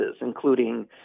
including